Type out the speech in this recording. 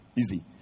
easy